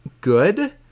good